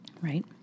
right